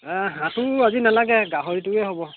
হাঁহটো আজি নালাগে গাহৰিটোৱে হ'ব